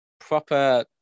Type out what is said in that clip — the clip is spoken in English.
proper